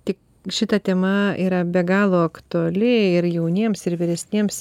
ti šita tema yra be galo aktuali ir jauniems ir vyresniems